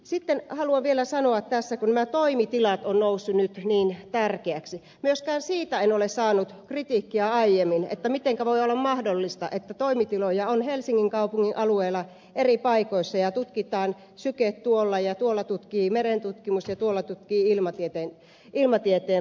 sitten haluan vielä sanoa tässä kun nämä toimitilat ovat nousseet nyt niin tärkeiksi että myöskään siitä en ole saanut kritiikkiä aiemmin mitenkä voi olla mahdollista että toimitiloja on helsingin kaupungin alueella eri paikoissa ja syke tutkii tuolla ja tuolla tutkii merentutkimuslaitos ja tuolla tutkii ilmatieteen laitos